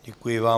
Děkuji vám.